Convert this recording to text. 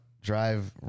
drive